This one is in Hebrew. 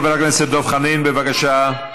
חבר הכנסת דב חנין, בבקשה.